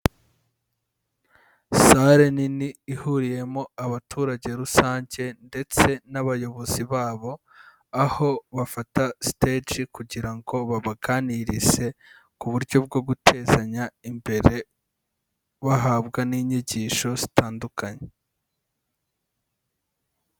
Sale nini ihuriyemo abaturage rusange ndetse n'abayobozi babo aho bafata siteji kugirango babaganirize ku buryo bwo gutezanya imbere bahabwa n'inyigisho zitandukanye.